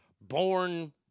born